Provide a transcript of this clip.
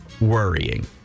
worrying